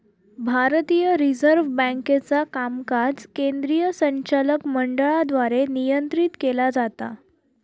भारतीय रिझर्व्ह बँकेचा कामकाज केंद्रीय संचालक मंडळाद्वारे नियंत्रित केला जाता